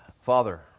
Father